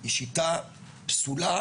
היא שיטה פסולה,